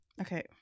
Okay